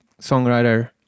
songwriter